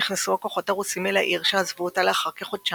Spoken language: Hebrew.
נכנסו הכוחות הרוסים אל העיר שעזבו אותה לאחר כחודשיים.